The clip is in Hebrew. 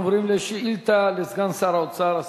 אנחנו עוברים לשאילתא לסגן שר האוצר,